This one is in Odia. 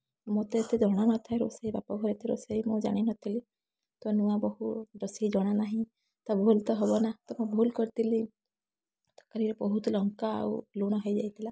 ମତେ ଏତେ ଜଣା ନଥାଏ ରୋଷେଇ ବାପଘରେ ତ ରୋଷେଇ ମୁଁ ଜାଣିନଥିଲି ତ ନୂଆ ବୋହୂ ରୋଷେଇ ଜଣା ନାହିଁ ତ ଭୁଲ ତ ହବ ନା ତ ମୁଁ ଭୁଲ କରିଥିଲି ତରକାରୀରେ ବହୁତ ଲଙ୍କା ଆଉ ଲୁଣ ହେଇଯାଇଥିଲା